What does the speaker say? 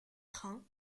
train